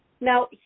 Now